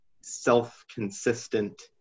self-consistent